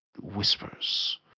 whispers